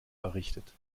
errichtet